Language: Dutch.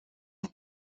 een